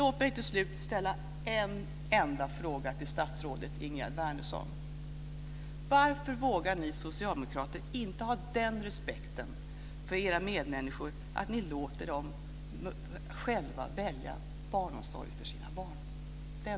Låt mig till slut ställa en enda fråga till statsrådet Ingegerd Wärnersson: Varför vågar ni socialdemokrater inte ha den respekten för era medmänniskor att ni låter dem själva välja barnomsorg för sina barn?